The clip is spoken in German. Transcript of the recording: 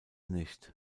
nicht